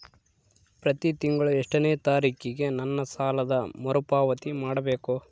ಪ್ರತಿ ತಿಂಗಳು ಎಷ್ಟನೇ ತಾರೇಕಿಗೆ ನನ್ನ ಸಾಲದ ಮರುಪಾವತಿ ಮಾಡಬೇಕು?